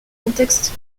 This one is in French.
contexte